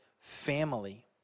family